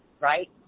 right